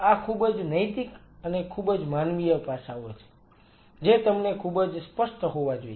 આ ખૂબ જ નૈતિક અને ખૂબ જ માનવીય પાસાઓ છે જે તમને ખૂબ જ સ્પષ્ટ હોવા જોઈએ